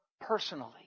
personally